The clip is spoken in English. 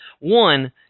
One